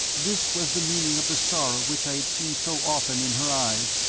this was the meaning of the sorrow which i had seen so often in her eyes,